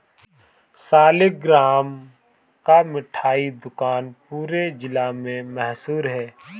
सालिगराम का मिठाई दुकान पूरे जिला में मशहूर है